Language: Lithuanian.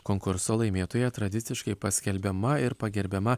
konkurso laimėtoja tradiciškai paskelbiama ir pagerbiama